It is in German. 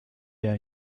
der